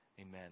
amen